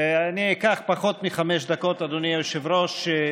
אני אקח פחות מחמש דקות, אדוני היושב-ראש.